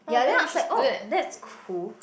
ya then I was like oh that's cool